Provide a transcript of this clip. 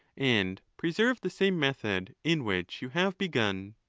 and preserve the same method in which you have begun.